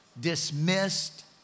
dismissed